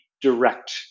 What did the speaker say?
direct